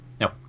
no